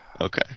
Okay